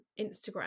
Instagram